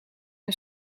een